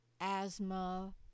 asthma